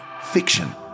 fiction